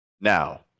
now